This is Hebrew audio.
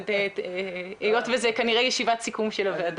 זאת כנראה ישיבת סיכום של הוועדה.